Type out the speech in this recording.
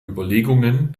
überlegungen